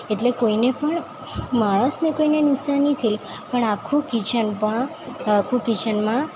એટલે કોઈને પણ માણસને કોઈને નુકસાન નહીં થયેલું પણ આખું કિચન પણ આખું કિચનમાં